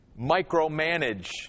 micromanage